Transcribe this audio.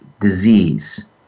disease